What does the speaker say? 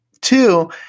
Two